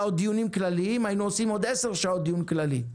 עוד דיונים כלליים היינו עושים עוד עשר שעות של דיון כללי.